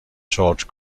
george